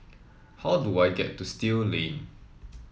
how do I get to Still Lane